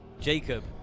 Jacob